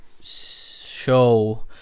show